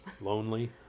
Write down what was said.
Lonely